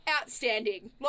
outstanding